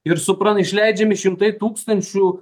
ir supranta išleidžiami šimtai tūkstančių